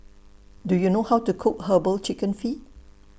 Do YOU know How to Cook Herbal Chicken Feet